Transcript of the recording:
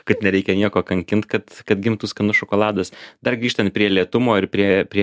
kad nereikia nieko kankint kad kad gimtų skanus šokoladas dar grįžtant prie lėtumo ir prie prie